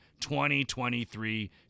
2023